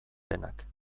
denak